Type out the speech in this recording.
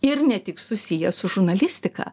ir ne tik susiję su žurnalistika